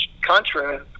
contra